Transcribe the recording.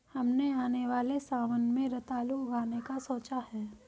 हमने आने वाले सावन में रतालू उगाने का सोचा है